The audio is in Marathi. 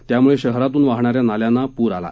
त्यामुळे शहरातून वाहणाऱ्या नाल्यांना पुर आला